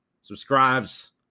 subscribes